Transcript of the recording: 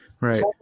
Right